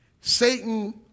Satan